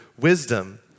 wisdom